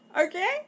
Okay